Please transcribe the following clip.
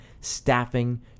staffing